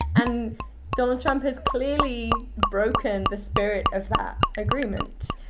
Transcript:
and donald trump has clearly broken the spirit of that agreement.